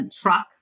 truck